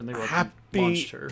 Happy